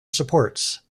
supports